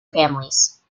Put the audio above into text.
families